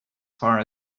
far